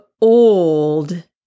old